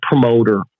promoter